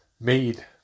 made